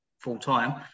full-time